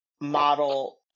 model